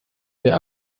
der